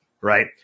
Right